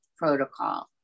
protocol